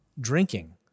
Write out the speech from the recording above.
drinking